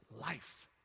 life